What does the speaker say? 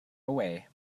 away